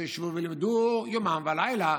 שישבו וילמדו יומם ולילה.